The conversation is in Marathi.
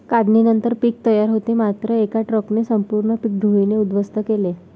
काढणीनंतर पीक तयार होते मात्र एका ट्रकने संपूर्ण पीक धुळीने उद्ध्वस्त केले